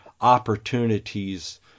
opportunities